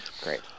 great